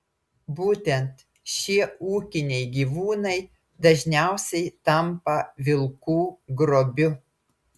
būtent šie ūkiniai gyvūnai dažniausiai tampa vilkų grobiu